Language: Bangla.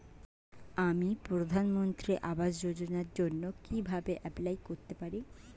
আমি প্রধানমন্ত্রী আবাস যোজনার জন্য কিভাবে এপ্লাই করতে পারি?